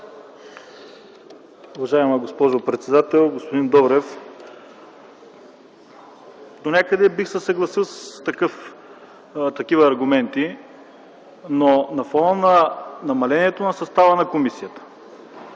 Уважаема госпожо председател, господин Добрев! Донякъде бих се съгласил с такива аргументи, но на фона на намалението на състава на комисията,